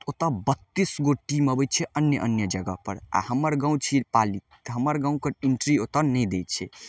ओतऽ बत्तीस गो टीम अबय छै अन्य अन्य जगहपर आओर हम्मर गाँव छी पाली तऽ हमर गाँवके इंट्री ओतऽ नहि दै छै